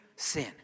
sin